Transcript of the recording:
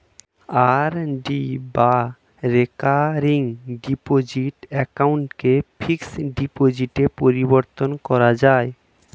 RD বা recurring deposit অ্যাকাউন্টকে fixed ডিপোজিটে পরিবর্তন করা যায়